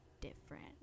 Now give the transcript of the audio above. different